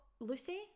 Lucy